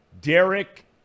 Derek